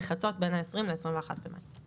בחצות בין ה- 20 ל- 21 במאי.